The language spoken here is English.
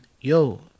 yo